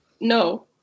No